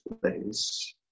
place